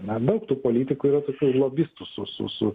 man daug tų politikų yra toksai lobistų su su su